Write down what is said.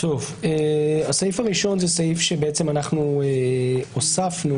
הסעיף הראשון הוא סעיף שאנחנו הוספנו